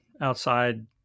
outside